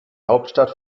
hauptstadt